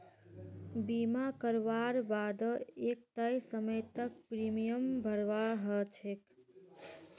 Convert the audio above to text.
बीमा करवार बा द एक तय समय तक प्रीमियम भरवा ह छेक